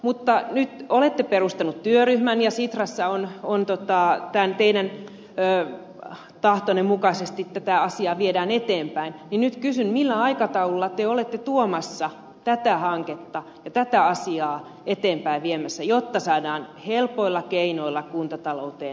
mutta nyt olette perustanut työryhmän ja sitrassa teidän tahtonne mukaisesti tätä asiaa viedään eteenpäin niin nyt kysyn millä aikataululla te olette tuomassa tätä hanketta ja tätä asiaa eteenpäin viemässä jotta saadaan helpoilla keinoilla kuntatalouteen helpotuksia